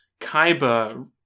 Kaiba